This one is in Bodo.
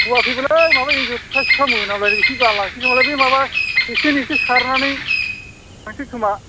सुवाखैबोलै माबा एन्जर सिखा सिखा मोनामलायो बेखौनो गानलांसै खोमालै बै माबा एसे सेन सारनानै थांसै खोमा